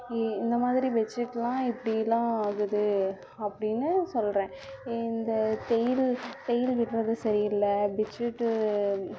இ இந்த மாதிரி பெட்ஷீட்லாம் இப்படிலாம் ஆகுது அப்படின்னு சொல்கிறேன் இந்த தையல் தையல் விட்டுறது சரியில்லை பெட்ஷீட்